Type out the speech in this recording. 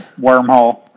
wormhole